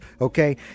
okay